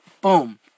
Boom